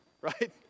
right